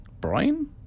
Brian